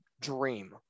dream